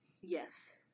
Yes